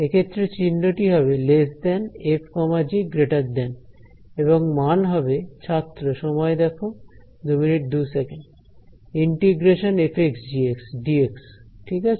এক্ষেত্রে চিহ্নটি হবে fg এবং মান হবে ∫ f gdx ঠিক আছে